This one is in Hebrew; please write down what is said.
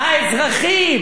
מעמד הביניים,